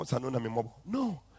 No